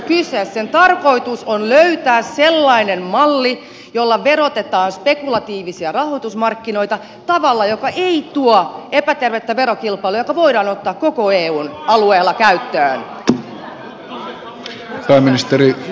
sen tarkoitus on löytää sellainen malli jolla verotetaan spekulatiivisia rahoitusmarkkinoita tavalla joka ei tuo epätervettä verokilpailua ja joka voidaan ottaa koko eun alueella käyttöön